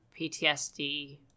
PTSD